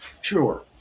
Sure